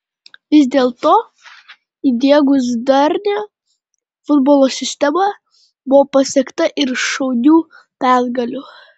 vis dėlto įdiegus darnią futbolo sistemą buvo pasiekta ir šaunių pergalių